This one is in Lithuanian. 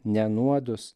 ne nuodus